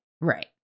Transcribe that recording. right